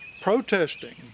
protesting